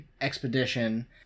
expedition